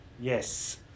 Yes